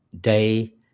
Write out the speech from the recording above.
day